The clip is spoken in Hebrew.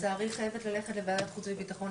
אני לצערי חייבת ללכת לוועדת חוץ וביטחון.